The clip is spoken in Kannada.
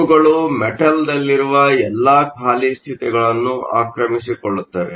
ಇವುಗಳು ಮೆಟಲ್ನಲ್ಲಿರುವ ಎಲ್ಲಾ ಖಾಲಿ ಸ್ಥಿತಿಗಳನ್ನು ಆಕ್ರಮಿಸಿಕೊಳ್ಳುತ್ತವೆ